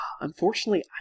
Unfortunately